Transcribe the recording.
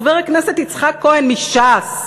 חבר הכנסת יצחק כהן מש"ס,